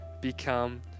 become